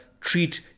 treat